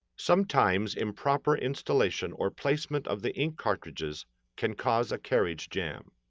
sometimes improper installation or placement of the ink cartridges can cause a carriage jam.